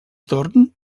torn